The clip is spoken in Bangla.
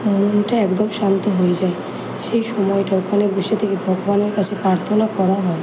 মনটা একদম শান্ত হয়ে যায় সেই সময়টা ওখানে বসে থেকে ভগবানের কাছে প্রার্থনা করা হয়